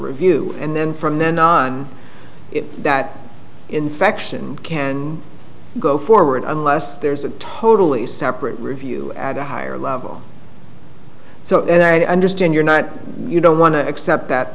review and then from then on that infection can go forward unless there's a totally separate review at a higher level so that i understand you're not you don't want to accept that